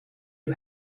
who